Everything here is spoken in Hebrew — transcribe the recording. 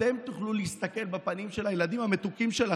אתם תוכלו להסתכל בפנים של הילדים המתוקים שלכם,